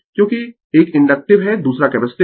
क्योंकि एक इंडक्टिव है दूसरा कैपेसिटिव है